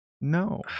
No